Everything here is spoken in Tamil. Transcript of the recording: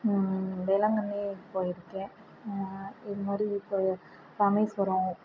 வேளாங்கண்ணி போயிருக்கேன் இது மாதிரி இப்போ ராமேஸ்வரம்